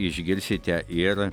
išgirsite ir